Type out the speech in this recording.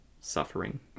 suffering